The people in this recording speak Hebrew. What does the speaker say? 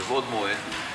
ומבעוד מועד,